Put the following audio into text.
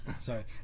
Sorry